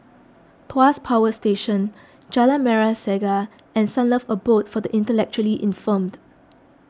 Tuas Power Station Jalan Merah Saga and Sunlove Abode for the Intellectually Infirmed